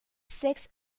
sex